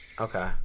Okay